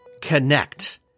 Connect